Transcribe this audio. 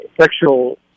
sexual